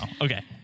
Okay